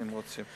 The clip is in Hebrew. אם רוצים.